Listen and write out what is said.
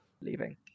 leaving